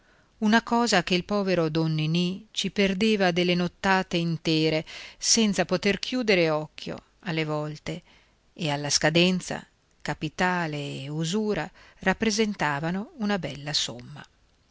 una cosa che il povero don ninì ci perdeva delle nottate intere senza poter chiudere occhio alle volte e alla scadenza capitale e usura rappresentavano una bella somma